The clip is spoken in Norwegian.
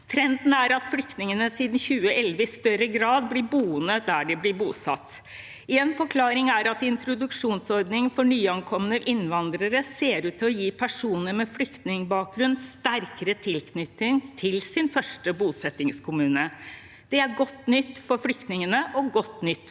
Trenden er at flyktningene siden 2011 i større grad blir boende der de blir bosatt. Én forklaring er at introduksjonsordningen for nyankomne innvandrere ser ut til å gi personer med flyktningbakgrunn sterkere tilknytning til sin første bosettingskommune. Det er godt nytt for flyktningene og godt nytt for distriktene.